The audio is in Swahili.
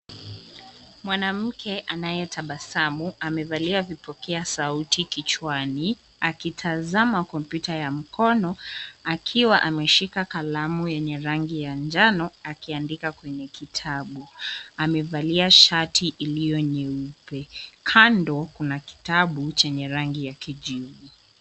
Mwanamke anayetamabasamu amevaa vipokea sauti kichwani. Anaangalia kompyuta ya mkononi huku akishika kalamu ya rangi ya njano na akiandika kwenye kitabu. Amevaa shati jeupe, na kando yake kuna kitabu cha rangi ya kijivu.